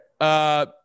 Okay